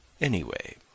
Anyway